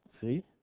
See